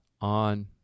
on